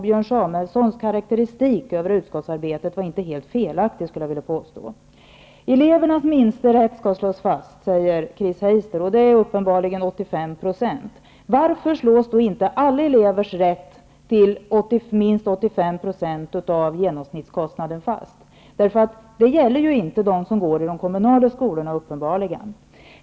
Björn Samuelsons karakteristik av utskottsarbetet var inte helt felaktig. Elevernas minsta rätt skall slås fast, säger Chris Heister. Det är uppenbarligen 85 %. Varför slås då inte alla elevers rätt till minst 85 % av genomsnittskostnaden fast? Det gäller uppenbarligen inte dem som går i de kommunala skolorna.